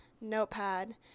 notepad